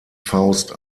faust